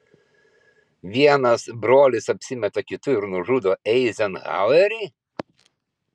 vienas brolis apsimeta kitu ir nužudo eizenhauerį